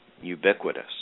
ubiquitous